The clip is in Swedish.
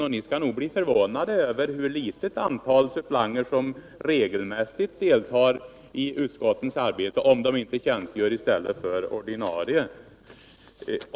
Då kommer ni nog att bli förvånade över hur litet antal suppleanter det är som regelmässigt deltar i utskottens arbete — såvida de inte tjänstgör i stället för någon ordinarie ledamot.